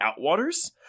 Outwaters